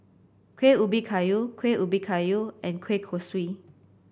Kueh Ubi Kayu Kueh Ubi Kayu and Kueh Kosui